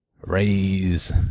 Raise